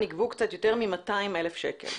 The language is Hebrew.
נגבו קצת יותר מ-200,000 שקל.